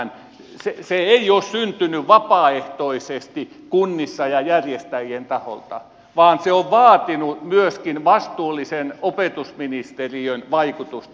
se ei ole syntynyt vapaaehtoisesti kunnissa ja järjestäjien taholta vaan se on vaatinut myöskin vastuullisen opetusministeriön vaikutusta